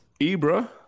ibra